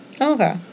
Okay